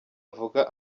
avuga